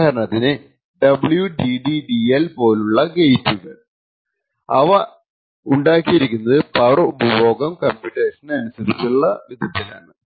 ഉദാഹരണത്തിന് WDDL പോലുള്ള ഗേറ്റുകൾ അവ ഉണ്ടാക്കിയിരിക്കുന്നത് പവർ ഉപഭോഗം കംപ്യുട്ടേഷന് അനുസരിച്ചുള്ള വിധത്തിലാണ്